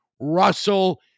Russell